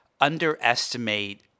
underestimate